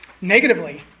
Negatively